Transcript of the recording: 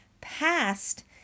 past